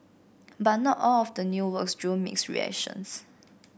but not all of the new works drew mixed reactions